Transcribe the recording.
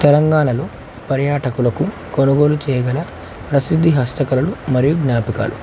తెలంగాణలో పర్యాటకులకు కొనుగోలు చేయగల ప్రసిద్ధి హస్తకళలు మరియు జ్ఞాపకాలు